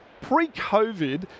pre-COVID